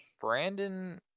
Brandon